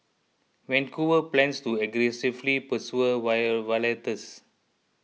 Vancouver plans to aggressively pursue violators